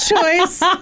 choice